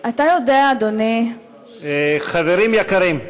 אתה יודע, אדוני, חברים יקרים,